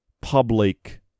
public